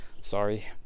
sorry